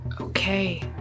Okay